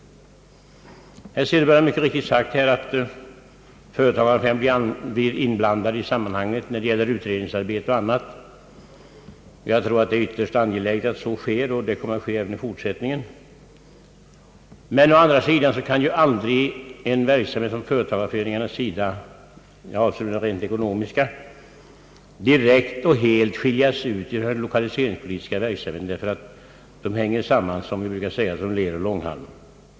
Herr Söderberg har här mycket riktigt sagt att föreningarna blir inblandade i sammanhanget när det gäller utredningsarbete och annat, och jag anser att det är ytterst angeläget att så sker och att så kommer att ske i fortsättningen. Å andra sidan kan emellertid aldrig en verksamhet som företagareföreningarna bedriver på det rent ekonomiska området direkt och helt skiljas från «den = lokaliseringspolitiska verksamheten, ty dessa saker hänger samman, som man brukar säga, som ler och långhalm.